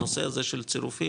הנושא הזה של צירופים,